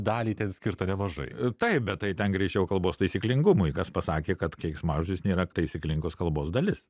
dalį ten skirta nemažai taip bet tai dar greičiau kalbos taisyklingumui kas pasakė kad keiksmažodis nėra taisyklingos kalbos dalis